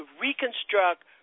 reconstruct